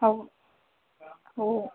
हो हो